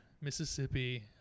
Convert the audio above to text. Mississippi